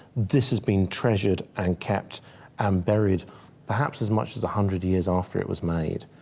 this has been treasured and kept um buried perhaps as much as a hundred years after it was made.